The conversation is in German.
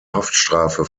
haftstrafe